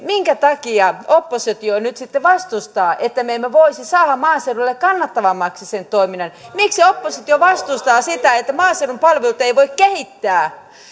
minkä takia oppositio nyt sitten vastustaa sitä että me voisimme saada maaseudulle kannattavammaksi sen toiminnan miksi oppositio vastustaa sitä niin että maaseudun palveluita ei voida kehittää